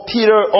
Peter